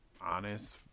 honest